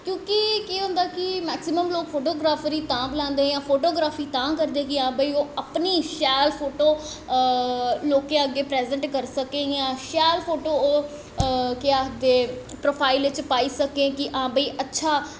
क्योंकि केह् होंदा कि मैकसिमम लोग फोटोग्राफर गी तां बलांदे जां फोटोग्राफी तां करदे कि ओह् अपनी शैल फोटो लोकें अग्गैं प्राजैंट करी सके जां शैल फोटो ओह् केह् आखदे प्रोफाईल च पाई सके कि ओह् अच्छा